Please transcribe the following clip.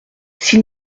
s’il